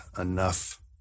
enough